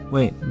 Wait